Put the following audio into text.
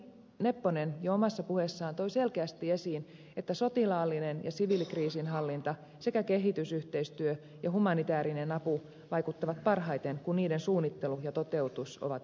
nepponen jo omassa puheessaan toi selkeästi esiin että sotilaallinen ja siviilikriisinhallinta sekä kehitysyhteistyö ja humanitäärinen apu vaikuttavat parhaiten kun niiden suunnittelu ja toteutus ovat yhtäaikaisia